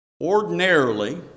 Ordinarily